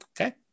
Okay